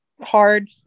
hard